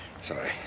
Sorry